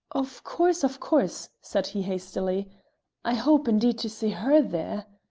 of course, of course, said he hastily i hope, indeed, to see her there.